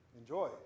Enjoy